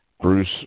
Bruce